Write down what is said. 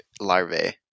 larvae